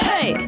Hey